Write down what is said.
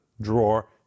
drawer